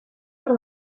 про